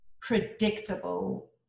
predictable